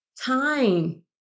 Time